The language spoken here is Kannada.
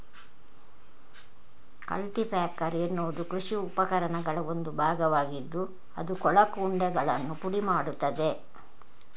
ಕಲ್ಟಿ ಪ್ಯಾಕರ್ ಎನ್ನುವುದು ಕೃಷಿ ಉಪಕರಣಗಳ ಒಂದು ಭಾಗವಾಗಿದ್ದು ಅದು ಕೊಳಕು ಉಂಡೆಗಳನ್ನು ಪುಡಿ ಮಾಡುತ್ತದೆ